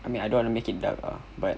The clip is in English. I mean I don't wanna make it dark ah but